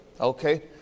okay